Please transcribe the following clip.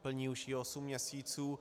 Plní už ji osm měsíců.